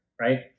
right